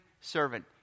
servant